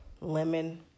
lemon